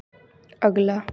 अगला